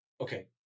Okay